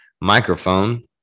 microphone